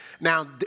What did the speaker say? Now